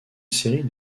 série